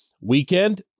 weekend